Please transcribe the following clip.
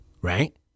right